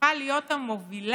תוכל להיות המובילה